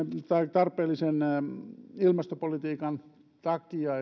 tarpeellisen ilmastopolitiikan takia